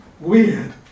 weird